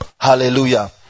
Hallelujah